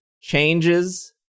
changes